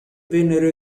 vennero